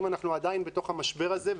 אם אנחנו עדיין בתוך המשבר הזה,